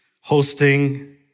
hosting